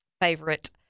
favorite